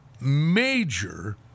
major